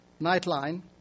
Nightline